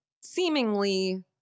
seemingly